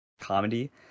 comedy